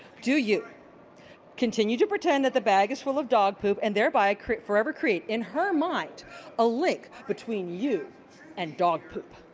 do you continue to pretend that the bag is full of dog poop and thereby forever create in her mind a link between you and dog poop?